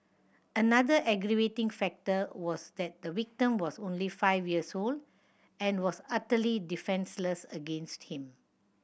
another aggravating factor was that the victim was only five years old and was utterly defenceless against him